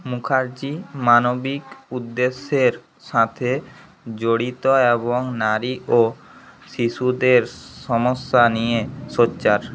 মুখার্জি মানবিক উদ্দেশ্যের সাথে জড়িত এবং নারী ও শিশুদের সমস্যা নিয়ে সোচ্চার